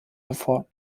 hervor